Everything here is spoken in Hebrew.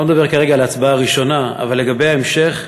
לא מדבר כרגע על ההצבעה הראשונה, אבל לגבי ההמשך,